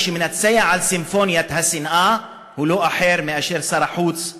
מי שמנצח על סימפוניית השנאה הוא לא אחר מאשר שר החוץ ליברמן.